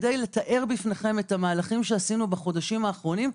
כדי לתאר בפניכם את המהלכים שעשינו בחודשים האחרונים,